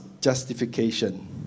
justification